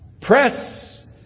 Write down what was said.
press